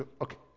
Okay